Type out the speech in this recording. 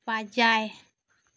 ᱯᱟᱸᱡᱟᱭ